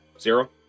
Zero